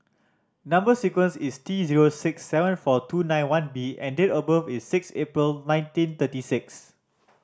number sequence is T zero six seven four two nine one B and date of birth is six April nineteen thirty six